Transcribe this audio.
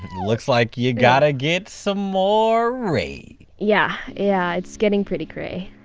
looks like you gotta get some more raid! yeah, yeah it's getting pretty cray.